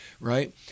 right